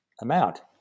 amount